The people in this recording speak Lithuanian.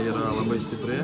yra labai stipri